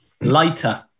lighter